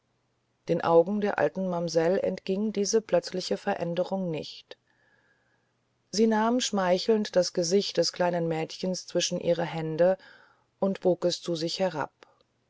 den augen der alten mamsell entging diese plötzliche veränderung nicht sie nahm schmeichelnd das gesicht des kleinen mädchens zwischen ihre hände und bog es zu sich herab